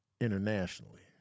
internationally